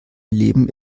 leben